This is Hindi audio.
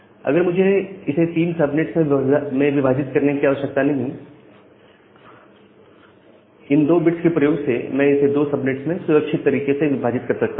अब मुझे इसे 3 सबनेट्स में विभाजित करने की आवश्यकता नहीं इन 2 बिट्स के प्रयोग से मैं इसे 2 सबनेट्स में सुरक्षित तरीके से विभाजित कर सकता हूं